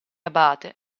abate